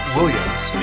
Williams